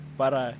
para